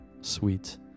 sweet